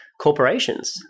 corporations